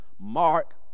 Mark